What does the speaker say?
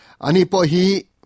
anipohi